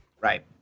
Right